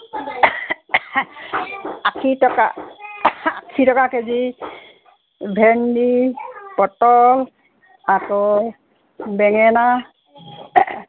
আশী টকা আশী টকা কেজি ভেন্দি পটল আকৌ বেঙেনা